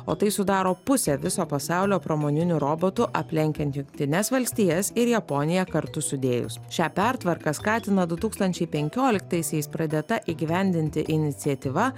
o tai sudaro pusę viso pasaulio pramoninių robotų aplenkiant jungtines valstijas ir japoniją kartu sudėjus šią pertvarką skatina du tūkstančiai penkioliktaisiais pradėta įgyvendinti iniciatyva